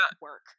work